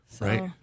Right